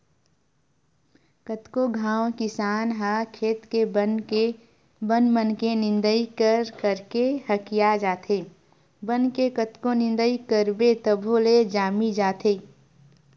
कतको घांव किसान ह खेत के बन मन के निंदई कर करके हकिया जाथे, बन के कतको निंदई करबे तभो ले जामी जाथे